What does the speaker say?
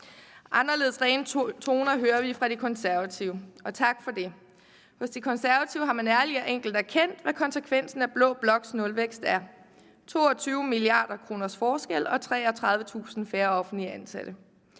Anderledes rene toner hører vi fra De Konservative, og tak for det. Hos De Konservative har man ærligt og redeligt erkendt, hvad konsekvensen af blå bloks nulvækst er: 22 mia. kr.s forskel og 33.000 færre offentligt ansatte.